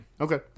Okay